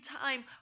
time